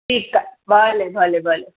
ठीकु आहे भले भले भले